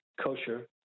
kosher